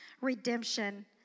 redemption